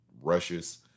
rushes